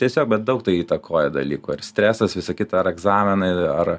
tiesiog bet daug tai įtakoja dalykų ar stresas visa kita ar egzaminai ar